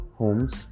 homes